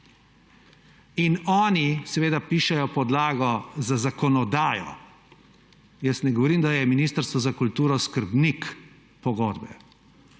Oni seveda pišejo podlago za zakonodajo. Jaz ne govorim, da je Ministrstvo za kulturo skrbnik pogodbe,